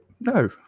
No